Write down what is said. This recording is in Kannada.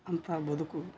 ಅಂಥ ಬದುಕು